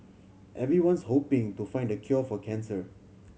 everyone's hoping to find the cure for cancer